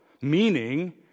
meaning